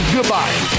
Goodbye